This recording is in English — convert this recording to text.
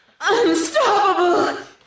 unstoppable